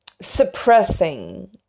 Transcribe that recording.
suppressing